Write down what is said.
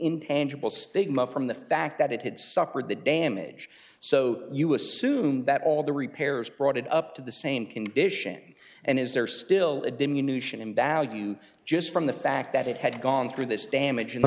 intangible stigma from the fact that it had suffered the damage so you assume that all the repairs brought it up to the same condition and is there still a diminution in value just from the fact that it had gone through this damage